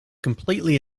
completely